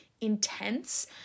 intense